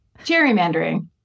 Gerrymandering